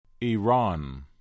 Iran